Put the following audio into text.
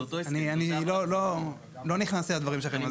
זה אותו הסכם --- אני לא נכנסתי לדברים שלכם.